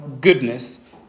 goodness